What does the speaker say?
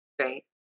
Right